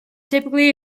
typically